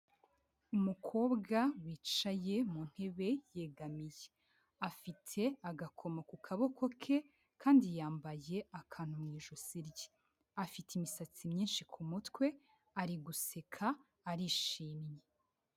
Umukobwa wicaye mu ntebe yegamiye, afite agakoma ku kaboko ke, kandi yambaye akantu mu ijosi rye, afite imisatsi myinshi ku mutwe, ari guseka arishimye.